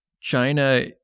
China